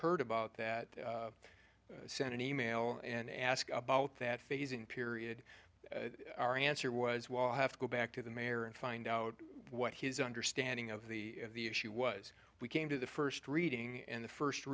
heard about that sent an email and ask about that phasing period our answer was well i have to go back to the mayor and find out what his understanding of the of the issue was we came to the first reading and the first